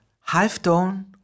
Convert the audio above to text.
half-tone